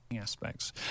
Aspects